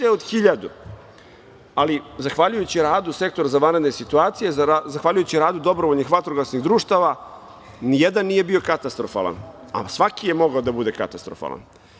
Ali, zahvaljujući radu Sektora za vanredne situacije, zahvaljujući radu dobrovoljnih vatrogasnih društava, nijedan nije bio katastrofalan, a svaki je mogao da bude katastrofalan.